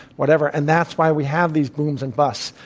whatever, and that's why we have these booms and busts.